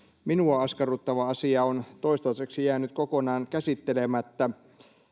minua askarruttava asia on toistaiseksi jäänyt kokonaan käsittelemättä